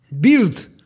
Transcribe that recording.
build